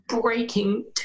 breaking